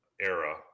era